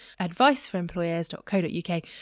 adviceforemployers.co.uk